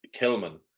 Kilman